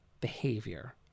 behavior